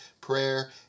prayer